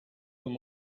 them